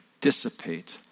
dissipate